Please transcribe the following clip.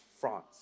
France